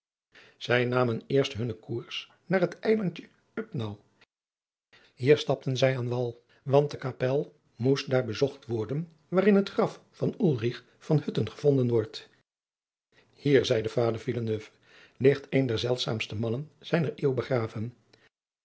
zij namen eerst hunnen koers naar het eilandje upnau hier stapten zij aan wal want de kapel moest daar bezocht worden waarin het graf van ulrich van hutten gevonden wordt hier zeide vader villeneuve ligt een der zeldzaamste mannen zijner eeuw begraven